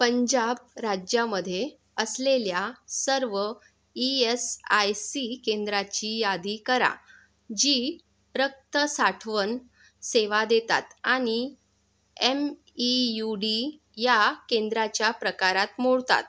पंजाब राज्यामध्ये असलेल्या सर्व ई यस आय सी केंद्राची यादी करा जी रक्त साठवण सेवा देतात आणि एम ई यू डी या केंद्राच्या प्रकारात मोडतात